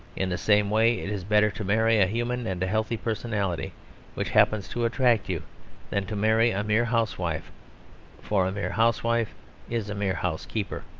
in the same way it is better to marry a human and healthy personality which happens to attract you than to marry a mere housewife for a mere housewife is a mere housekeeper.